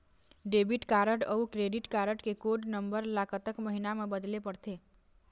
Debit card अऊ credit card के code number ला कतक महीना मा बदले पड़थे?